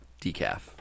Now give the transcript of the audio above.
decaf